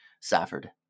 Safford